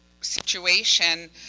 situation